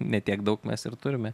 ne tiek daug mes ir turime